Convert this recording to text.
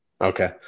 Okay